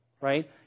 right